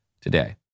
today